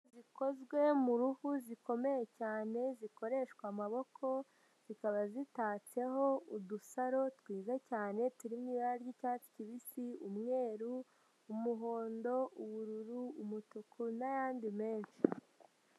Zikozwe mu ruhu zikomeye cyane, zikoreshwa amaboko, zikaba zitatseho udusaro twiza cyane turimo ibara ry'icyatsi kibisi, umweru, umuhondo, ubururu, umutuku, n'ayandi menshi.